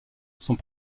sont